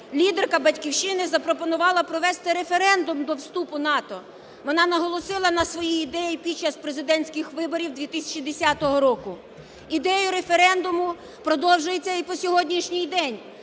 лідерка "Батьківщини" запропонувала провести референдум до вступу НАТО. Вона наголосила на своїй ідеї під час президентських виборів 2010 року". Ідея референдуму продовжується і по сьогоднішній день,